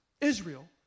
Israel